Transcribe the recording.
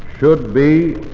should be